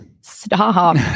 Stop